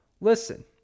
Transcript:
listen